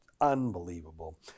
unbelievable